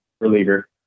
Reliever